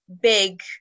big